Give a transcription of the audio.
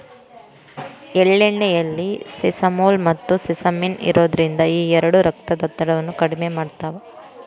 ಎಳ್ಳೆಣ್ಣೆಯಲ್ಲಿ ಸೆಸಮೋಲ್, ಮತ್ತುಸೆಸಮಿನ್ ಇರೋದ್ರಿಂದ ಈ ಎರಡು ರಕ್ತದೊತ್ತಡವನ್ನ ಕಡಿಮೆ ಮಾಡ್ತಾವ